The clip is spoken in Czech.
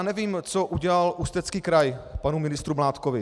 Nevím, co udělal Ústecký kraj panu ministru Mládkovi.